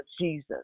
Jesus